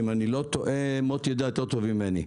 אם אני לא טועה, מוטי יודע יותר טוב ממני.